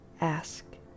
ask